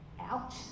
Ouch